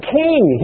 king